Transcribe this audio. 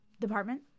department